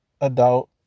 adult